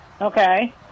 Okay